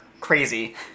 crazy